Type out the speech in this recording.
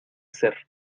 ser